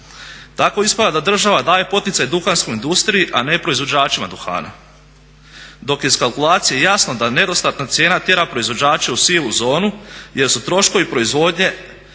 Tako ispada da država daje poticaj duhanskoj industriji, a ne proizvođačima duhana, dok je iz kalkulacije jasno da nedostatna cijena tjera proizvođače u sivu zonu jer su troškovi proizvodnje